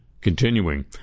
Continuing